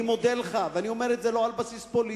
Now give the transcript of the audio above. אני מודה לך, ואני לא אומר את זה על בסיס פוליטי,